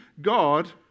God